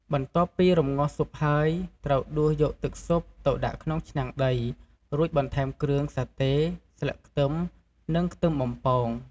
បន្ទាប់ពីរម្ងាស់ស៊ុបហើយ ត្រូវដួសយកទឹកស៊ុបទៅដាក់ក្នុងឆ្នាំងដី រួចបន្ថែមគ្រឿងសាតេ ស្លឹកខ្ទឹម និងខ្ទឹមបំពង។